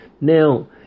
Now